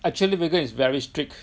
actually vegan is very strict